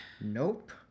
Nope